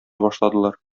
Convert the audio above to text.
башладылар